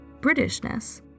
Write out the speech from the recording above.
Britishness